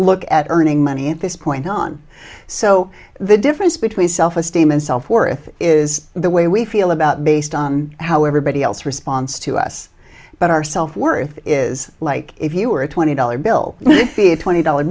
look at earning money at this point on so the difference between self esteem and self worth is the way we feel about based on how everybody else responds to us but our self worth is like if you're a twenty dollar bill twenty dollar